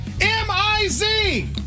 M-I-Z